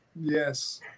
Yes